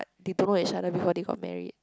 they don't know each other before they got married